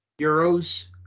Euros